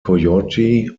coyote